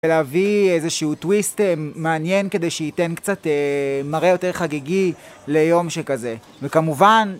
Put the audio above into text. ולהביא איזשהו טוויסט מעניין כדי שייתן קצת מראה יותר חגיגי ליום שכזה וכמובן